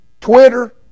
Twitter